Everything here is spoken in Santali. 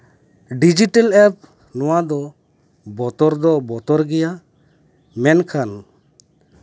ᱰᱤᱡᱤᱴᱮᱞ ᱮᱯ ᱱᱚᱶᱟ ᱫᱚ ᱵᱚᱛᱚᱨ ᱫᱚ ᱵᱚᱛᱚᱨ ᱜᱮᱭᱟ ᱢᱮᱱᱠᱷᱟᱱ